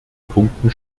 punkten